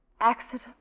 Accident